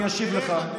אני אשיב לך.